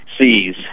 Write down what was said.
sees